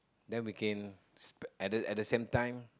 then we can at the at the same time